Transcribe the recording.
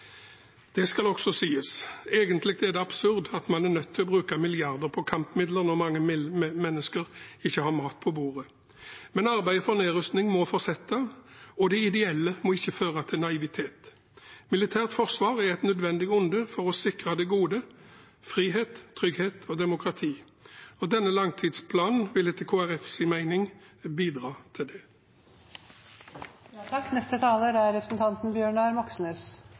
det skal også sies. Egentlig er det absurd at man er nødt til å bruke milliarder på kampmidler når mange mennesker ikke har mat på bordet. Men arbeidet for nedrustning må fortsette, og det ideelle må ikke føre til naivitet. Militært forsvar er et nødvendig onde for å sikre det gode: frihet, trygghet og demokrati. Denne langtidsplanen vil etter Kristelig Folkepartis mening bidra til